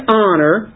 honor